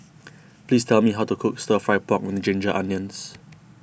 please tell me how to cook Stir Fry Pork with Ginger Onions